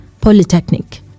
Polytechnic